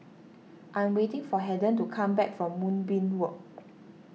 I'm waiting for Haden to come back from Moonbeam Walk